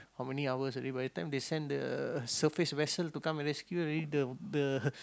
how many hours already by the time they sent the surface vessel to come and rescue already the the